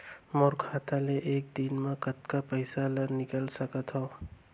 मोर खाता ले एक दिन म कतका पइसा ल निकल सकथन?